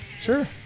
Sure